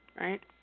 right